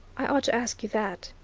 i ought to ask you that,